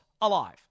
alive